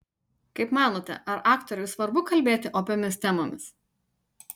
kaip manote ar aktoriui svarbu kalbėti opiomis temomis